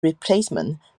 replacement